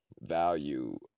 value